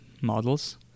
models